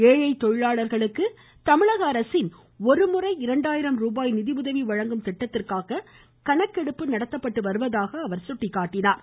ஏழை தொழிலாளர்களுக்கு தமிழக அரசின் ஒருமுறை இரண்டாயிரம் ரூபாய் நிதியுதவி வழங்கும் திட்டத்திற்காக கணக்கெடுப்பு நடத்தப்படுவதாக குறிப்பிட்டார்